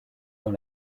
dans